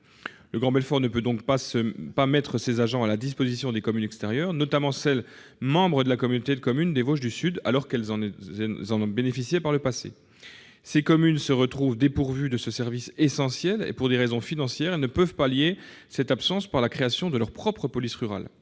Le Grand Belfort ne peut donc pas mettre ses agents à la disposition de communes extérieures, notamment celles qui sont membres de la communauté de communes des Vosges du sud, alors que celles-ci en bénéficiaient par le passé. Ces communes se retrouvent aujourd'hui dépourvues de ce service essentiel et, pour des raisons financières, ne peuvent pallier cette absence par la création de leur propre police rurale.